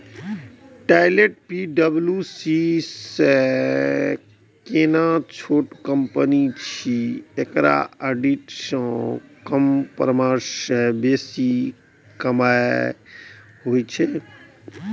Deloitte पी.डब्ल्यू.सी सं कने छोट कंपनी छै, एकरा ऑडिट सं कम परामर्श सं बेसी कमाइ होइ छै